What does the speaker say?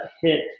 hit